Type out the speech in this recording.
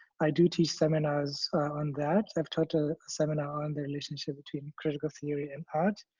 i do teach seminars on that. i've taught a seminar on the relationship between critical theory and art.